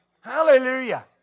Hallelujah